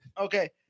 Okay